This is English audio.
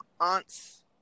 aunts